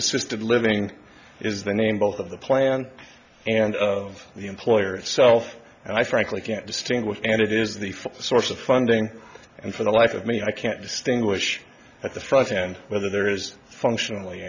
assisted living is the name both of the plan and of the employer itself and i frankly can't distinguish and it is the full source of funding and for the life of me i can't distinguish at the front end whether there is functionally